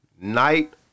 Night